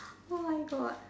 oh my God